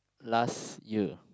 last year